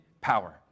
Power